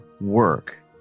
work